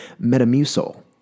Metamucil